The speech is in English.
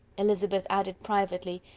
elizabeth added privately,